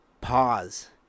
pause